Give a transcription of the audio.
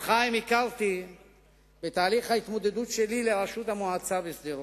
את חיים הכרתי בתהליך ההתמודדות שלי על ראשות המועצה בשדרות.